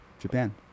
Japan